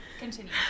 continue